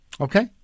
Okay